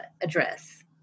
address